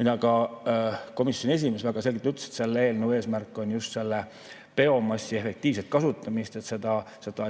mida ka komisjoni esimees väga selgelt ütles, et selle eelnõu eesmärk on just biomassi efektiivne kasutamine, et seda